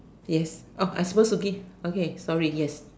yes oh I'm supposed to give okay sorry yes